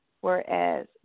whereas